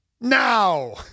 now